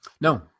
no